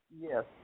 Yes